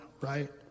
right